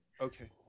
Okay